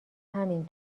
همین